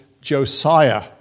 Josiah